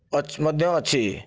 ଅଛି ମଧ୍ୟ ଅଛି